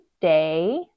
day